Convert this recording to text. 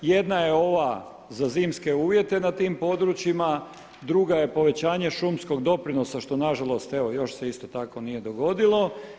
Jedna je ova za zimske uvjete na tim područjima, druga je povećanje šumskog doprinosa što na žalost evo još se isto tako nije dogodilo.